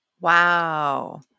Wow